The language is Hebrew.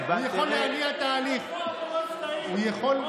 הוא יכול להניע תהליך.